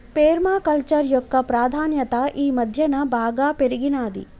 పేర్మ culture యొక్క ప్రాధాన్యత ఈ మధ్యన బాగా పెరిగినాది